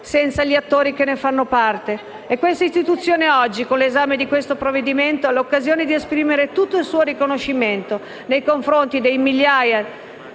senza gli attori che ne fanno parte. Questa istituzione oggi, con l'esame di questo provvedimento, ha l'occasione di esprimere tutto il suo riconoscimento nei confronti delle migliaia